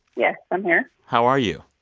yes, i'm here how are you?